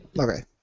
Okay